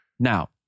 Now